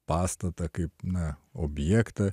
pastatą kaip na objektą